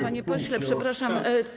Panie pośle, przepraszam.